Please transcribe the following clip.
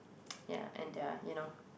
ya and their you know